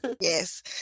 Yes